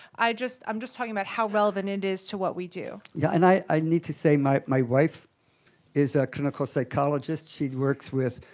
i just i'm just talking about how relevant it is to what we do. stickgold yeah, and i need to say my my wife is a clinical psychologist. she works with